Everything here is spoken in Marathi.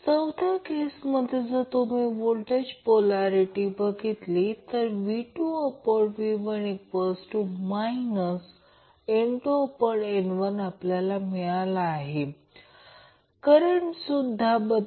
आता उदाहरण 2 पाहू हे एक साधे उदाहरण आहे फक्त एक गोष्ट अशी आहे की इथे ω0 प्रत्यक्षात 2π f0 आहे मी कदाचित 2 pi चुकवले आहे फक्त उत्तर तपासा की नाही 2π घेतले आहे किंवा नाही तर ते 56